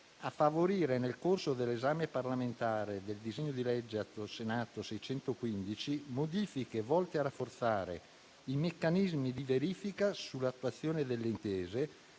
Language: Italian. «a favorire, nel corso dell'esame parlamentare del disegno di legge Atto Senato 615, modifiche volte a rafforzare i meccanismi di verifica sull'attuazione delle intese,